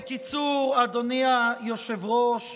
בקיצור, אדוני היושב-ראש,